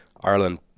Ireland